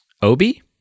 Obi